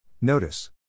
Notice